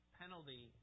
penalty